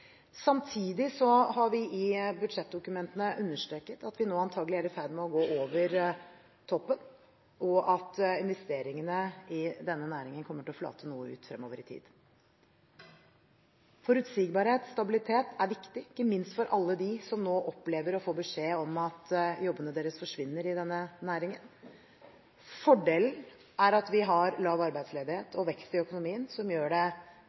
Samtidig har vi i budsjettdokumentene understreket at vi nå antagelig er i ferd med å gå over toppen, og at investeringene i denne næringen kommer til å flate noe ut fremover i tid. Forutsigbarhet og stabilitet er viktig, ikke minst for alle dem som nå opplever å få beskjed om at jobbene deres forsvinner i denne næringen. Fordelen er at vi har lav arbeidsledighet og vekst i økonomien, noe som gjør det